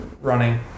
running